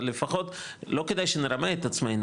אבל לפחות לא כדאי שנרמה את עצמנו,